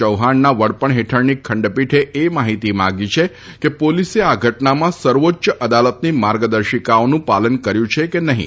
ચૌહાણના વડપણ હેઠળની ખંડપીઠે એ માહિતી માંગી છે કે પોલીસે આ ઘટનામાં સર્વોચ્ય અદાલતની માર્ગદર્શિકાઓનું પાલન કર્યું છે કે નહીં